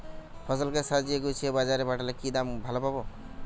ফসল কে সাজিয়ে গুছিয়ে বাজারে পাঠালে কি দাম ভালো পাব?